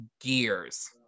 gears